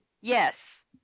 Yes